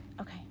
Okay